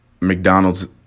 McDonald's